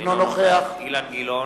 אינו נוכח אילן גילאון,